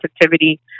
sensitivity